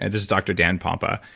and this is doctor dan pompa,